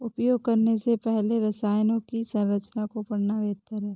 उपयोग करने से पहले रसायनों की संरचना को पढ़ना बेहतर है